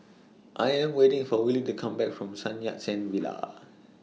I'm waiting For Willie to Come Back from Sun Yat Sen Villa